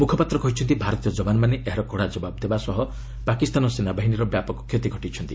ମୁଖପାତ୍ର କହିଛନ୍ତି ଭାରତୀୟ ଯବାନମାନେ ଏହାର କଡ଼ା ଜବାବ୍ ଦେବା ସହ ପାକିସ୍ତାନ ସେନାବାହିନୀର ବ୍ୟାପକ କ୍ଷତି ଘଟାଇଛନ୍ତି